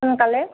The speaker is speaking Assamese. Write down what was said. সোনকালে